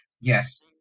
Yes